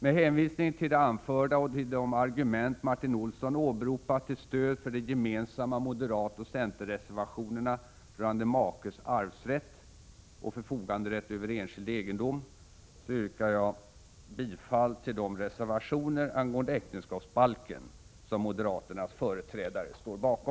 Med hänvisning till det anförda och till de argument Martin Olsson åberopat till stöd för de gemensamma moderatoch centerreservationerna rörande makes arvsrätt och förfoganderätt över enskild egendom yrkar jag bifall till de reservationer angående äktenskapsbalken som moderaternas företrädare står bakom.